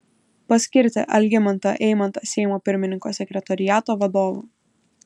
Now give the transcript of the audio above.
paskirti algimantą eimantą seimo pirmininko sekretoriato vadovu